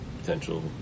potential